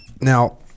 now